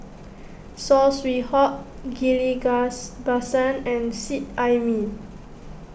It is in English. Saw Swee Hock Ghillie Basan and Seet Ai Mee